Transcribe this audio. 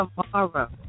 Tomorrow